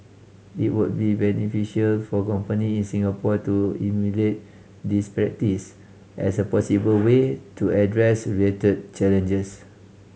it would be beneficial for companies in Singapore to emulate this practice as a possible way to address related challenges